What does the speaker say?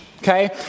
Okay